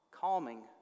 Calming